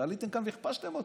ועליתם כאן והכפשתם אותו: